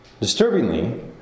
Disturbingly